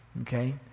Okay